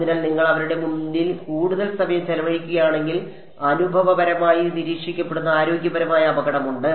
അതിനാൽ നിങ്ങൾ അവരുടെ മുന്നിൽ കൂടുതൽ സമയം ചെലവഴിക്കുകയാണെങ്കിൽ അനുഭവപരമായി നിരീക്ഷിക്കപ്പെടുന്ന ആരോഗ്യപരമായ അപകടമുണ്ട്